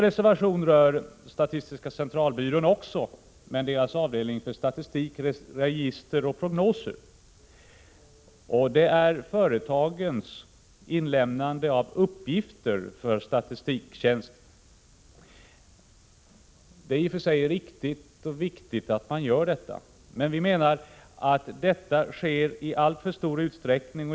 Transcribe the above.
Reservation 5 rör också statistiska centralbyrån, nämligen dess avdelning för statistik, register och prognoser, och det gäller företagens inlämnande av uppgifter för statistiktjänst. Det är i och för sig riktigt och viktigt att detta görs, men det sker i alltför stor utsträckning.